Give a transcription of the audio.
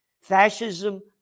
Fascism